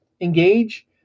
engage